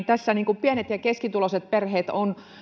tässä hallituksen politiikassa pieni ja keskituloiset perheet ovat